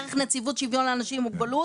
דרך נציבות שוויון לאנשים עם מוגבלות